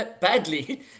badly